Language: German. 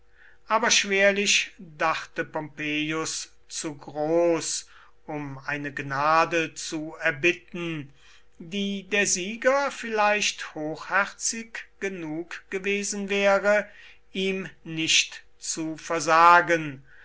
allein schwerlich dachte pompeius zu groß um eine gnade zu erbitten die der sieger vielleicht hochherzig genug gewesen wäre ihm nicht zu versagen